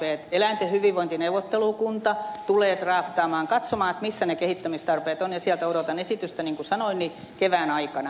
eläinten hyvinvoinnin neuvottelukunta tulee draftaamaan katsomaan missä ne kehittämistarpeet ovat ja sieltä odotan esitystä niin kuin sanoin kevään aikana